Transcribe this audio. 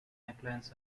necklines